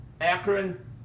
Akron